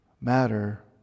matter